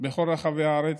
בכל רחבי הארץ.